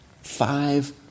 Five